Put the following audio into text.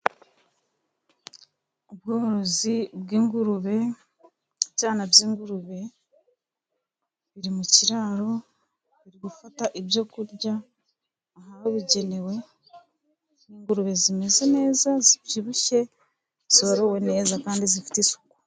Ubworozi bw'ingurube ibyana by'ingurube biri mu kiraro biri gufata ibyo kurya ahabugenewe, ingurube zimeze neza zibyibushye zorowe neza kandi zifite isuku.